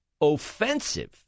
offensive